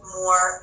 more